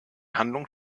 handlung